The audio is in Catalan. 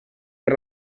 per